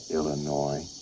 Illinois